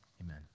Amen